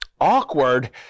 awkward